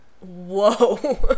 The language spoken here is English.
whoa